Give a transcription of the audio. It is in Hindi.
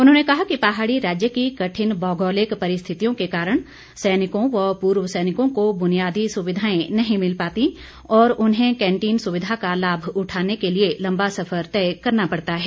उन्होंने कहा कि पहाड़ी राज्य की कठिन भौगोलिक परिस्थितियों के कारण सैनिकों व पूर्व सैनिकों को बुनियादी सुविधाएं नहीं मिल पातीं और उन्हें कैंटीन सुविधा का लाभ उठाने के लिए लम्बा सफर तय करना पड़ता है